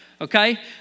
Okay